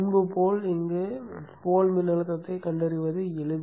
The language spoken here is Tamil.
முன்பு போல் இங்கு போல் மின்னழுத்தத்தைக் கண்டறிவது எளிது